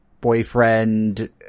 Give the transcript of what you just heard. boyfriend